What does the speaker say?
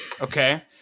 okay